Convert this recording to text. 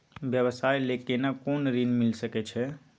व्यवसाय ले केना कोन ऋन मिल सके छै?